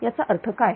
याचा अर्थ काय